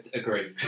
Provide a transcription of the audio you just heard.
agree